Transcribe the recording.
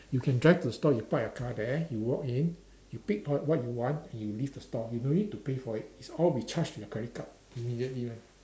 you can drive to the store you park your car there you walk in you pick what what you want and you leave the store you no need to pay for it it's all be charged in your credit card immediately one